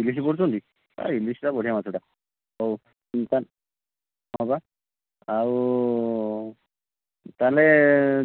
ଇଲିଶି ପଡ଼ୁଛନ୍ତି ଆ ଇଲିଶିଟା ବଢ଼ିଆ ମାଛଟା ହଉ ହଁ ବା ଆଉ ତା'ହେଲେ